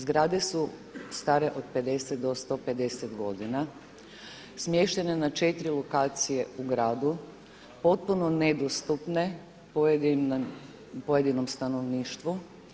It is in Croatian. Zgrade su stare od 50 do 150 godina smještene na 4 lokacije u gradu, potpuno nedostupne pojedinom stanovništvu.